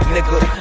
Nigga